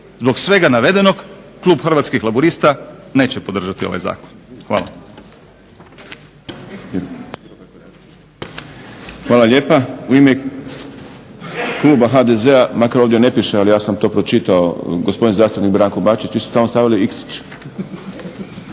Zbog svega navedenog klub Hrvatskih laburista neće podržati ovaj zakon. Hvala.